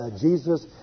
Jesus